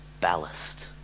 ballast